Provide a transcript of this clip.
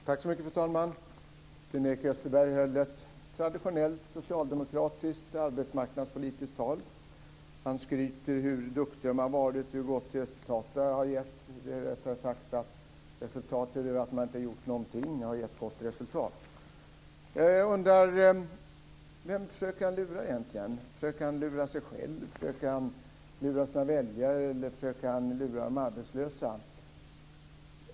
Fru talman! Sven-Erik Österberg höll ett traditionellt socialdemokratiskt arbetsmarknadspolitiskt tal. Han skröt med hur duktig man varit, hur gott resultat det har gett. Rättare sagt: Resultatet av att man inte har gjort någonting har gett gott resultat. Vem försöker Sven-Erik Österberg lura egentligen? Försöker Sven-Erik Österberg lura sig själv, sina väljare eller de arbetslösa?